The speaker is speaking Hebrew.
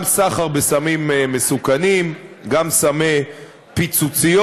גם סחר בסמים מסוכנים, גם סמי פיצוציות.